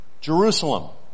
Jerusalem